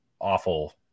awful